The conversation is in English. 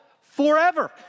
forever